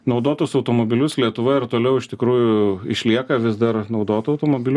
naudotus automobilius lietuvoj ir toliau iš tikrųjų išlieka vis dar naudotų automobilių